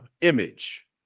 image